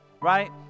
right